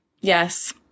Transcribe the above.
Yes